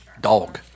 Dog